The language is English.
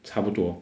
差不多